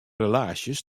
relaasjes